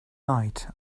night